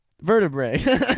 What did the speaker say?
vertebrae